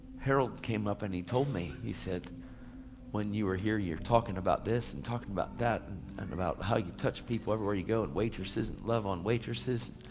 harold came up and told me, he said when you were here you were talking about this, and talking about that, and about how you touch people everywhere you go, and waitresses, and love on waitresses